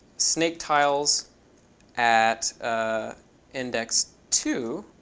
snaketiles at ah index two